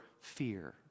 fear